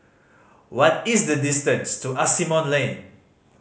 what is the distance to Asimont Lane